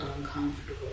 uncomfortable